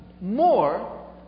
more